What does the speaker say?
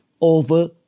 over